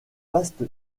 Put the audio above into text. vaste